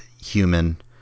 human